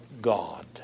God